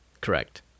Correct